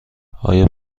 آیا